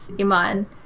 Iman